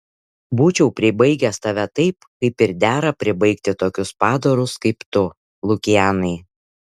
būčiau pribaigęs tave taip kaip ir dera pribaigti tokius padarus kaip tu lukianai